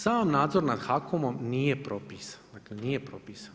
Sam nadzor nad HAKOM-om nije propisan, dakle, nije propisan.